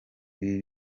ibi